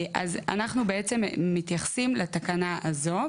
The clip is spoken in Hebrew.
אז אנחנו בעצם מתייחסים לתקנה הזו,